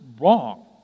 wrong